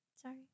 Sorry